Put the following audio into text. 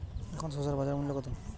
এখন শসার বাজার মূল্য কত?